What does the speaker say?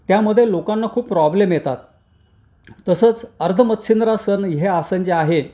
त्यामध्ये लोकांना खूप प्रॉब्लेम येतात तसंच अर्ध मत्स्येन्द्रासन हे आसन जे आहे